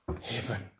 Heaven